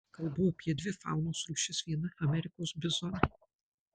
kalbu apie dvi faunos rūšis viena amerikos bizonai